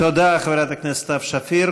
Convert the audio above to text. תודה לחברת הכנסת סתיו שפיר.